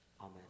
Amen